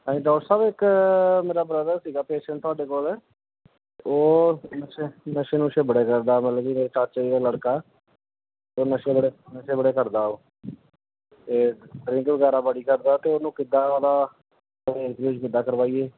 ਹਾਂਜੀ ਡਾਕਟਰ ਸਾਹਿਬ ਇੱਕ ਮੇਰਾ ਬ੍ਰਦਰ ਸੀਗਾ ਪੇਸ਼ੈਂਟ ਤੁਹਾਡੇ ਕੋਲ ਉਹ ਨਸ਼ੇ ਨਸ਼ੇ ਨੁਸ਼ੇ ਬੜੇ ਕਰਦਾ ਮਤਲਬ ਕਿ ਮੇਰੇ ਚਾਚਾ ਜੀ ਦਾ ਲੜਕਾ ਉਹ ਨਸ਼ੇ ਬੜੇ ਨਸ਼ੇ ਬੜੇ ਕਰਦਾ ਉਹ ਅਤੇ ਡਰਿੰਕ ਵਗੈਰਾ ਬੜੀ ਕਰਦਾ ਤਾਂ ਉਹਨੂੰ ਕਿੱਦਾਂ ਉਹਦਾ ਕਰਵਾਈਏ